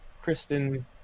Kristen